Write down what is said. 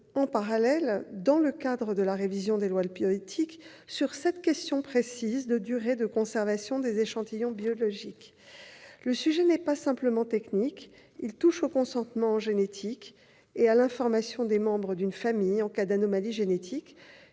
en parallèle, dans le cadre de la révision des lois de bioéthique sur cette question précise de la durée de conservation des échantillons biologiques. Le sujet n'est pas simplement technique : il touche au consentement en génétique et à l'information des membres de la famille en cas d'anomalie génétique,